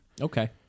Okay